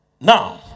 Now